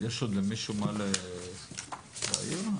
לפי העניין,